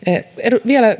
vielä